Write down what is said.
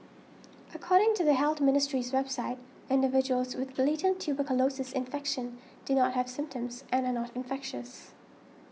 according to the Health Ministry's website individuals with latent tuberculosis infection do not have symptoms and are not infectious